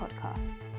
Podcast